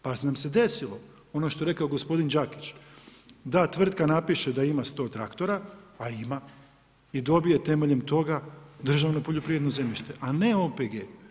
Pa nam se desilo, ono što je rekao gospodin Đakić, da tvrtka napiše da ima sto traktora, a ima i dobije temeljem toga državno poljoprivredno zemljište, a ne OPG.